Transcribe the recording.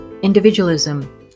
individualism